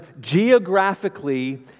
geographically